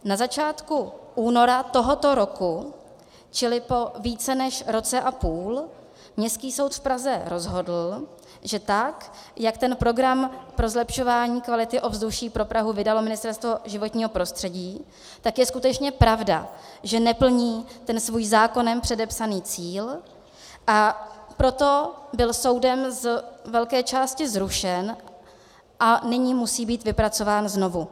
Na začátku února tohoto roku, čili po více než roce a půl, Městský soud v Praze rozhodl, že tak, jak ten program pro zlepšování kvality ovzduší pro Prahu vydalo Ministerstvo životního prostředí, tak je skutečně pravda, že neplní svůj zákonem předepsaný cíl, a proto byl soudem z velké části zrušen a nyní musí být vypracován znovu.